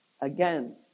Again